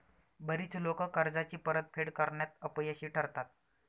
बरीच लोकं कर्जाची परतफेड करण्यात अपयशी ठरतात